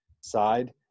side